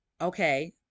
Okay